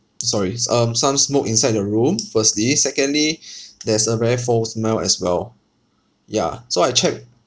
sorrys um some smoke inside the room firstly secondly there's a very foul smell as well ya so I check